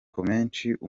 n’amatsiko